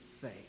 faith